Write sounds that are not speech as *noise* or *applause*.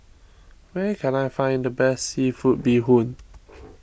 where can I find the best Seafood Bee Hoon *noise*